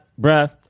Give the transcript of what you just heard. Bruh